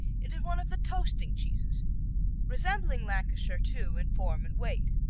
it is one of the toasting cheeses resembling lancashire, too, in form and weight.